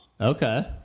Okay